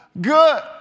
good